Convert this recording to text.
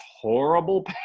horrible